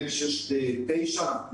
נדמה לי שיש תשע חברות,